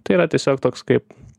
tai yra tiesiog toks kaip